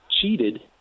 cheated